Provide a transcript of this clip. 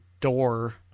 door